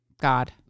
God